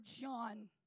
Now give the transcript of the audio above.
John